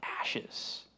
ashes